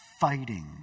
fighting